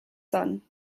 son